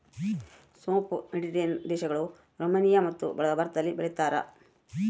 ಸೋಂಪು ಮೆಡಿಟೇರಿಯನ್ ದೇಶಗಳು, ರುಮೇನಿಯಮತ್ತು ಭಾರತದಲ್ಲಿ ಬೆಳೀತಾರ